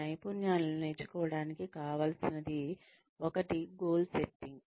నైపున్యాలను నేర్చుకోవటానికి కావల్సినది ఒకటి గోల్ సెట్టింగ్